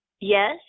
Yes